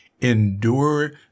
endure